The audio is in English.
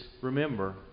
remember